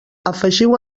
afegiu